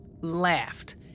laughed